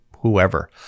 whoever